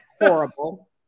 Horrible